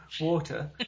water